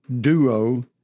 duo